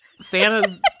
Santa's